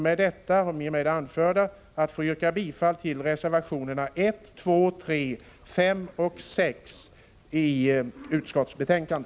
Med det anförda yrkar jag bifall till reservationerna 1, 2,3, 5 och 6 i utskottets betänkande.